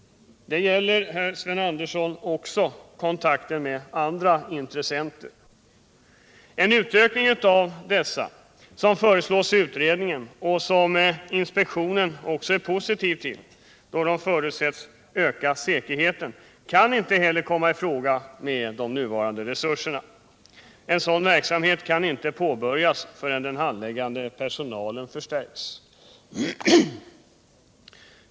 Detta gäller, herr Sven Andersson i Örebro, också kontakten med andra intressenter. En utökning av deras antal — något som föreslås i utredningen och som inspektionen också ställer sig positiv till, då det förutsätts öka säkerheten — kan inte heller komma i fråga med de nuvarande resurserna. En sådan verksamhet kan inte påbörjas förrän den handläggande personalen förstärkts.